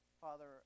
Father